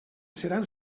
seran